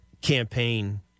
campaign